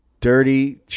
dirty